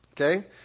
Okay